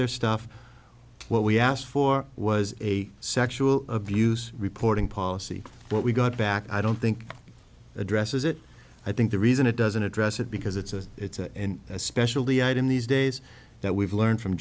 their stuff what we asked for was a sexual abuse reporting policy but we got back i don't think addresses it i think the reason it doesn't address it because it's a it's a specialty item these days that we've learned from